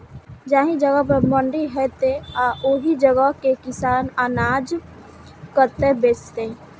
जाहि जगह पर मंडी हैते आ ओहि जगह के किसान अनाज कतय बेचते?